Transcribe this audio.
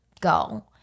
go